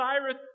Cyrus